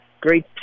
great